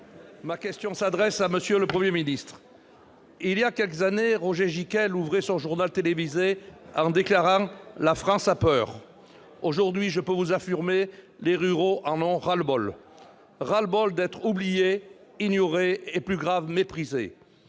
Ma question s'adresse à M. le Premier ministre. Il y a quelques années, Roger Gicquel ouvrait son journal télévisé en déclarant :« La France a peur ». Aujourd'hui, je peux vous l'affirmer, les ruraux en ont ras-le-bol. Ras-le-bol d'être oubliés, ignorés et, plus grave, méprisés.